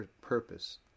purpose